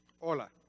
Hola